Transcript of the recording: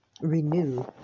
renew